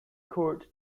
court